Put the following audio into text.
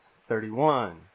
thirty-one